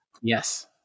yes